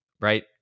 right